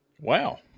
Wow